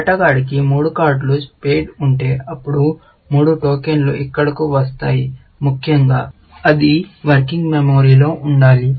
ఆటగాడికి మూడు కార్డులు స్పేడ్ ఉంటే అప్పుడు మూడు టోకెన్లు ఇక్కడకు వస్తాయి ముఖ్యంగా అది వర్కింగ్ మెమరీ లో ఉండాలి